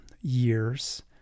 years